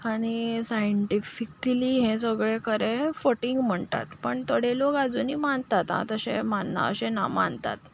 आनी सायेंटिफिकली हें सगळें खरें फटींग म्हणटात पूण थोडे लोक आजुनीय मानतात आं तशें मानना अशें ना मानतात